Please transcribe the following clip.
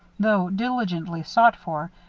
though diligently sought for,